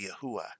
Yahuwah